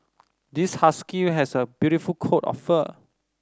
this husky has a beautiful coat of fur